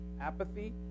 Apathy